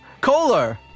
Kohler